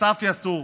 אסף יסעור,